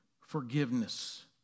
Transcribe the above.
Forgiveness